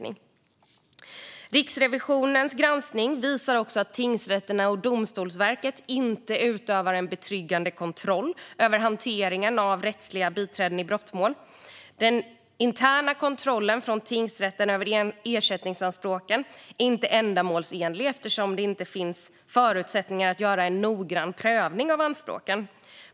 Riksrevisionens granskning visar också att tingsrätterna och Domstolsverket inte utövar en betryggande kontroll över hanteringen av rättsliga biträden i brottmål. Tingsrätternas interna kontroll över ersättningsanspråken är inte ändamålsenlig eftersom det inte finns förutsättningar att göra en noggrann prövning av anspråken.